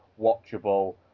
watchable